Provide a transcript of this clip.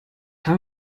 habe